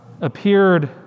appeared